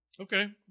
Okay